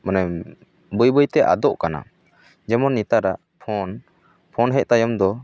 ᱢᱟᱱᱮ ᱵᱟᱹᱭᱼᱵᱟᱹᱭᱛᱮ ᱟᱫᱚᱜ ᱠᱟᱱᱟ ᱡᱮᱢᱚᱱ ᱱᱮᱛᱟᱨᱟᱜ ᱯᱷᱳᱱ ᱯᱷᱳᱱ ᱦᱮᱡ ᱛᱟᱭᱚᱢ ᱫᱚ